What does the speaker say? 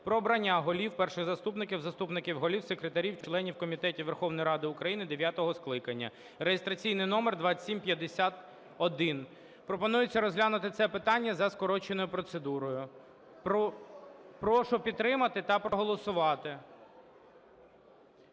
"Про обрання голів, перших заступників, заступників голів, секретарів, членів комітетів Верховної Ради України дев'ятого скликання" (реєстраційний номер 2751). Пропонується розглянути це питання за скороченою процедурою. Прошу підтримати та проголосувати.